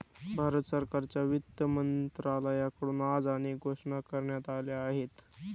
भारत सरकारच्या वित्त मंत्रालयाकडून आज अनेक घोषणा करण्यात आल्या आहेत